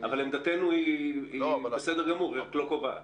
אבל עמדתנו היא בסדר גמור, היא רק לא קובעת.